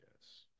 yes